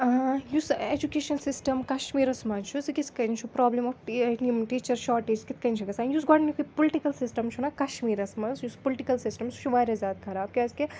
یُس education system کَشمیٖرَس منٛز چھُ سُہ کِتھ کَنۍ چھُ پرٛابلِم آف یِم ٹیٖچَر شاٹیج کِتھ کَنۍ چھےٚ گژھان یُس گۄڈنیُکُے پُلٹِکَل سِسٹَم چھُنا کَشمیٖرَس منٛز یُس پُلٹِکَل سِسٹم سُہ چھُ واریاہ زیادٕ خراب کیٛازِکہِ